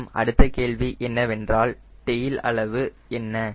நம் அடுத்த கேள்வி என்னவென்றால் டெயில் அளவு என்ன